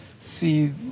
see